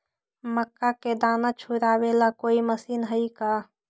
मक्का के दाना छुराबे ला कोई मशीन हई का?